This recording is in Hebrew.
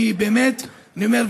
אני אומר,